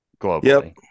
globally